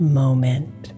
moment